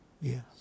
yes